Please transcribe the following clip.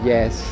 Yes